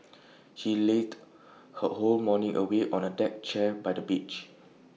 she lazed her whole morning away on A deck chair by the beach